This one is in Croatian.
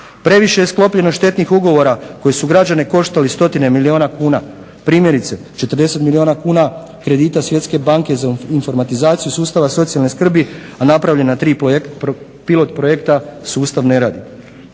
Previše je sklopljeno štetnih ugovora koji su građane koštali stotine milijuna kuna. Primjerice, 40 milijuna kuna kredita Svjetske banke za informatizaciju sustava socijalne skrbi, a napravljena 3 pilot projekta, sustav ne radi.